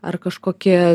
ar kažkokie